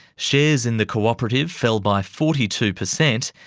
shares in the co-operative fell by forty two percent,